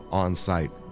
on-site